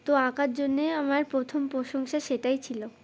তো আঁকার জন্যে আমার প্রথম প্রশংসা সেটাই ছিল